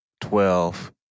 twelve